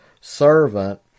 servant